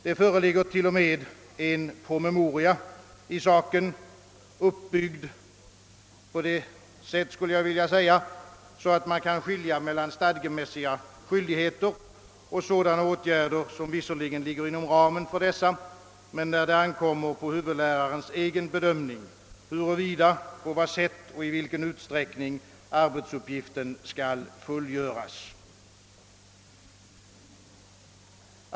Det föreligger till och med en promemoria i saken, uppbyggd på sådant sätt att man kan skilja mel lan stadgemässiga skyldigheter och sådana arbetsuppgifter som visserligen ligger inom ramen för dessa men beträffande vilka det ankommer på huvudlärarens egen bedömning att avgöra, huruvida, på vad sätt och i vilken utsträckning de skall fullgöras.